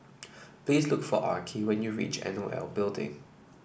please look for Arkie when you reach N O L Building